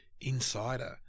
insider